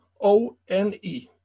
O-N-E